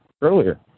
earlier